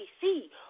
see